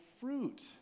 fruit